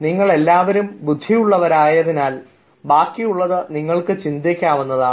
നിങ്ങളെല്ലാവരും ബുദ്ധിയുള്ളവരായതിനാൽ ബാക്കിയുള്ളത് നിങ്ങൾക്ക് ചിന്തിക്കാവുന്നതാണ്